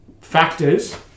factors